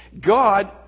God